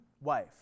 wife